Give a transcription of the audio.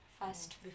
First